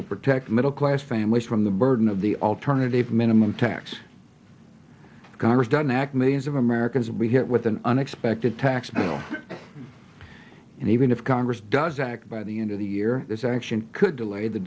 will protect middle class families from the burden of the alternative minimum tax the congress doesn't act millions of americans will be hit with an unexpected tax bill and even if congress doesn't act by the end of the year this action could delay the